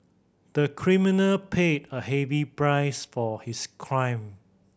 the criminal paid a heavy price for his crime